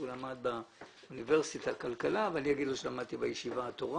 למד באוניברסיטה כלכלה ואני אגיד לו שלמדתי בישיבה תורה